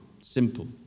Simple